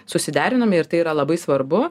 susiderinome ir tai yra labai svarbu